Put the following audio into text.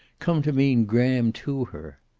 come to mean graham to her.